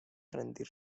rendir